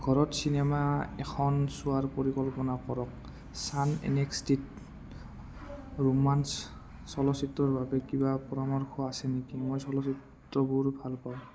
ঘৰত চিনেমা এখন চোৱাৰ পৰিকল্পনা কৰক ছান এন এক্স টিত ৰোমান্স চলচ্চিত্ৰৰ বাবে কিবা পৰামৰ্শ আছে নেকি মই চলচ্চিত্ৰবোৰ ভাল পাওঁ